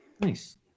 Nice